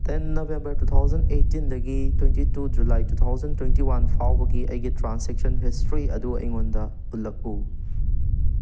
ten November two thousand ꯑꯦꯇꯤꯟꯗꯒꯤ twenty two July two thousand twenty one ꯐꯥꯎꯕꯒꯤ ꯑꯩꯒꯤ transaction history ꯑꯗꯨ ꯑꯩꯉꯣꯟꯗ ꯎꯠꯂꯛꯎ